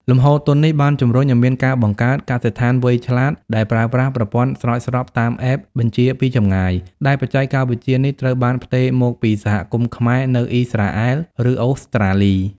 លំហូរទុននេះបានជំរុញឱ្យមានការបង្កើត "កសិដ្ឋានវៃឆ្លាត"ដែលប្រើប្រាស់ប្រព័ន្ធស្រោចស្រពតាម App បញ្ជាពីចម្ងាយ ដែលបច្ចេកវិទ្យានេះត្រូវបានផ្ទេរមកពីសហគមន៍ខ្មែរនៅ អ៊ីស្រាអែល ឬអូស្ត្រាលី។